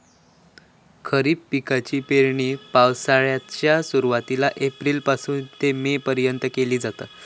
खरीप पिकाची पेरणी पावसाळ्याच्या सुरुवातीला एप्रिल पासून ते मे पर्यंत केली जाता